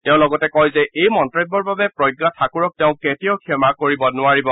তেওঁ লগতে কয় যে এই মন্তব্যৰ বাবে প্ৰজ্ঞা ঠাকুৰক তেওঁ কেতিয়াও ক্ষমা কৰিব নোৱাৰিব